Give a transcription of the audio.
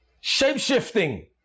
shape-shifting